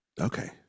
okay